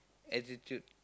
attitude